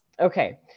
Okay